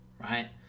right